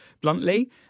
bluntly